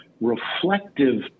reflective